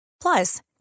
Plus